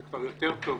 זה כבר יותר טוב,